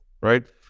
right